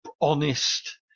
honest